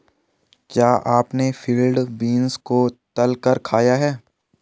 क्या आपने field beans को तलकर खाया है?